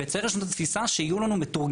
וצריך לשנות את התפיסה שיהיו לנו מתורגמנים.